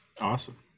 Awesome